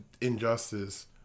Injustice